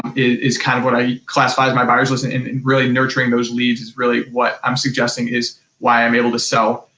is is kind of what i classify as my buyers list and and really nurturing those leads is really what i'm suggesting is why i'm able to sell.